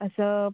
असं